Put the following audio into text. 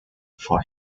for